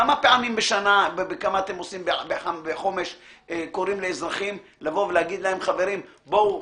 כמה פעמים בחומש אתם קוראים לאזרחים ואומרים להם: בואו,